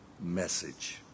message